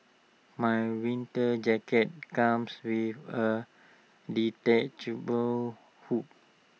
my winter jacket comes with A detachable hood